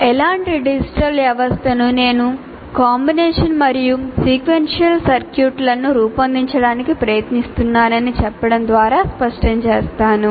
ఎలాంటి డిజిటల్ వ్యవస్థలు నేను కాంబినేషన్ మరియు సీక్వెన్షియల్ సర్క్యూట్లను రూపొందించడానికి ప్రయత్నిస్తున్నానని చెప్పడం ద్వారా స్పష్టం చేస్తాను